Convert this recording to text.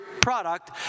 product